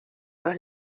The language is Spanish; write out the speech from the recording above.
los